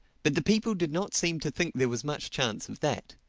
but the people did not seem to think there was much chance of that.